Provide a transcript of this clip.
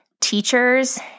teachers